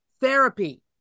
therapy